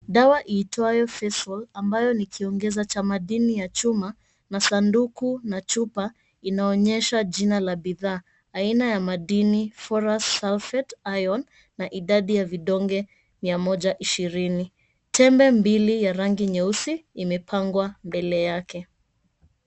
Dawa itwayo Fesol, ambayo ni kiongeza cha madini ya chuma na sanduku na chupa, inaonyesha aina ya bidhaa aina ya madini, phorus sulphate iron na idadi ya vidonge mia moja ishirini. Tembe mbili ya rangi nyeusi imepangwa mbele yake.